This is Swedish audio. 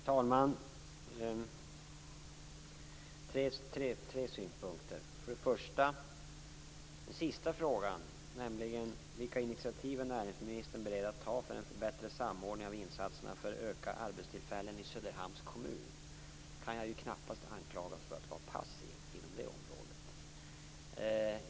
Herr talman! Jag har tre synpunkter. För det första: Den sista frågan gällde vilka initiativ näringsministern är beredd att ta för en förbättrad samordning av insatserna för att öka arbetstillfällen i Söderhamns kommun. På det området kan jag knappast anklagas för att vara passiv.